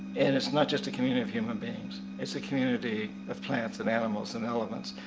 and it's not just a community of human beings, it's a community of plants and animals and elements.